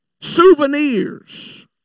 Souvenirs